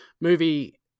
movie